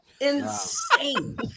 Insane